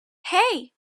hey